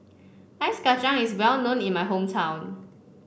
Ice Kachang is well known in my hometown